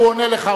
הוא עונה לך,